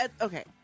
okay